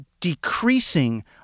decreasing